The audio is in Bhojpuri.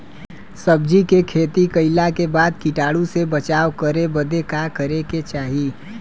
सब्जी के खेती कइला के बाद कीटाणु से बचाव करे बदे का करे के चाही?